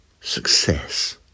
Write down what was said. success